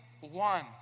one